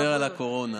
לדבר על הקורונה